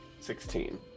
Sixteen